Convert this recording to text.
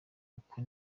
uko